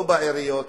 לא בעיריות,